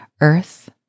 Earth